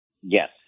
Yes